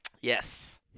Yes